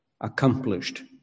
accomplished